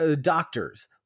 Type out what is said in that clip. doctors